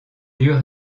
lieu